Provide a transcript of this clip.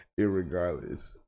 Irregardless